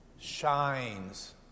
shines